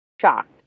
shocked